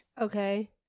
Okay